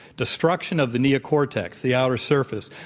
destruction of the neocortex, the outer surface,